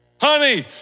Honey